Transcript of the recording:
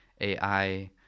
AI